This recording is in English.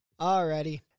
Alrighty